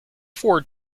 four